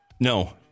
No